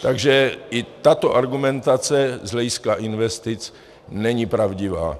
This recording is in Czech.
Takže i tato argumentace z hlediska investic není pravdivá.